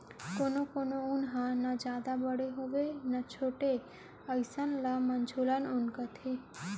कोनो कोनो ऊन ह न जादा बड़े होवय न छोटे अइसन ल मझोलन ऊन कथें